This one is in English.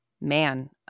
man